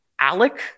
Alec